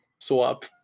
Swap